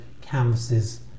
canvases